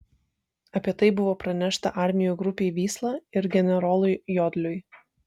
apie tai buvo pranešta armijų grupei vysla ir generolui jodliui